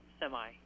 semi